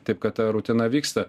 taip kad ta rutina vyksta